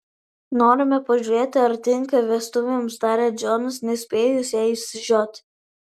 norime pažiūrėti ar tinka vestuvėms taria džonas nespėjus jai išsižioti